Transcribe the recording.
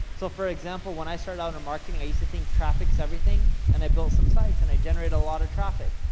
so for example when i started out in marketing i used to think traffics everything, and i built some sites, and i generated a lot of traffic.